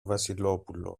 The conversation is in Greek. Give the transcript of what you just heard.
βασιλόπουλο